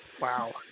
wow